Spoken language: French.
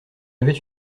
avait